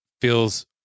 feels